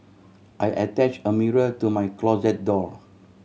I attach a mirror to my closet door